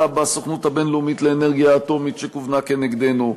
בסוכנות הבין-לאומית לאנרגיה אטומית שכוונה כנגדנו,